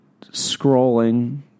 scrolling